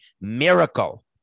miracle